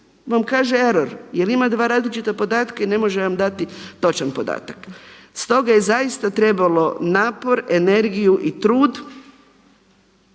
vam kaže error jer ima dva različita podatka i ne može vam dati točan podatak. Stoga je zaista trebalo napor, energiju i trud